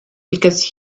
because